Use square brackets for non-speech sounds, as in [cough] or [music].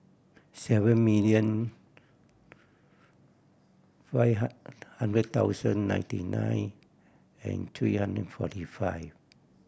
seven million five [unintelligible] hundred ninety nine and three hundred forty five